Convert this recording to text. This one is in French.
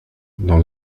dans